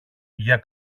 για